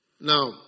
Now